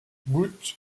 bout